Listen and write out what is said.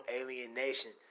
alienation